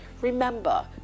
remember